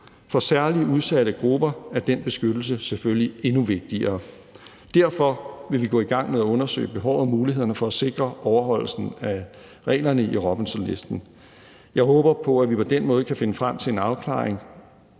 For særligt udsatte grupper er den beskyttelse selvfølgelig endnu vigtigere. Derfor vil vi gå i gang med at undersøge behovet og mulighederne for at sikre overholdelsen af reglerne i Robinsonlisten. Jeg håber på, at vi på den måde kan finde frem til en afklaring